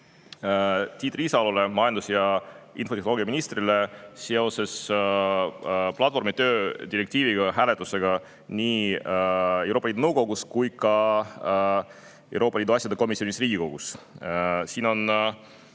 Tiit Riisalole, majandus- ja infotehnoloogiaministrile, seoses platvormitöö direktiivi hääletusega nii Euroopa Liidu Nõukogus kui ka Euroopa Liidu asjade komisjonis Riigikogus. Siin on